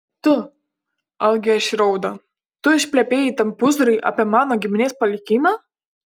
tu algė išraudo tu išplepėjai tam pūzrui apie mano giminės palikimą